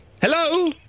Hello